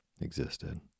existed